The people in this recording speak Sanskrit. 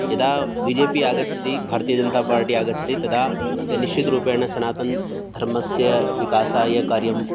यदा बी जे पी आगच्छति भारतीय जनता पार्टी आगच्छति तदा निश्चितरूपेण सनातनधर्मस्य विकासाय कार्यं